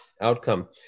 outcome